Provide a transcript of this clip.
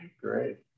Great